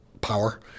power